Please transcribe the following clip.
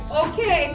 okay